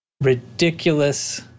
ridiculous